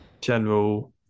general